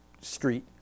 street